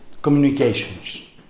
Communications